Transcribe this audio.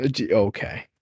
Okay